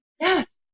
Yes